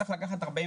צריך להוריד